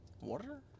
Water